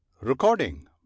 Recording